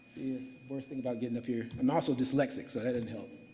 worst thing about getting up here. i'm also dyslexic. so, that didn't help.